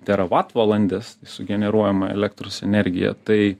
teravatvalandes sugeneruojamą elektros energiją tai